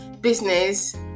business